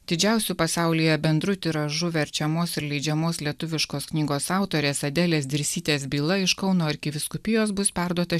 didžiausiu pasaulyje bendru tiražu verčiamos ir leidžiamos lietuviškos knygos autorės adelės dirsytės byla iš kauno arkivyskupijos bus perduota